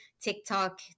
TikTok